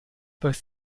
both